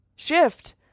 shift